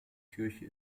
kirche